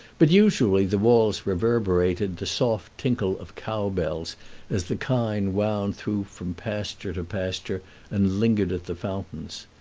but usually the walls reverberated the soft tinkle of cow-bells as the kine wound through from pasture to pasture and lingered at the fountains.